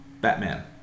Batman